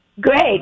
Great